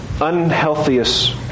unhealthiest